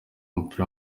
w’umupira